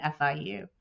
FIU